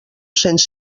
cents